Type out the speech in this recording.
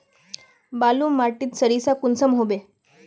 बालू माटित सारीसा कुंसम होबे?